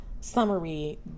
summary